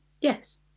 yes